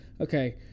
okay